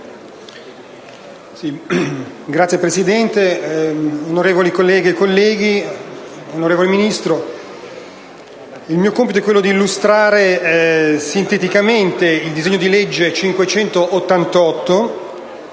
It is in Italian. Signor Presidente, onorevoli colleghe e colleghi, onorevole Ministro, il mio compito è quello di illustrare sinteticamente il disegno di legge n.